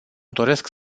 doresc